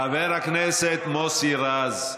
חבר הכנסת מוסי רז,